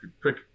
quick